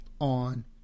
on